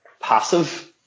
passive